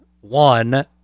one